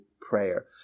prayer